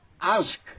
ask